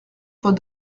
fois